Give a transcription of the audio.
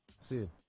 See